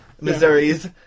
Missouris